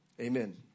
amen